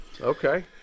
Okay